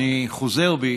אני חוזר בי,